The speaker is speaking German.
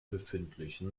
befindliche